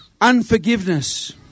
unforgiveness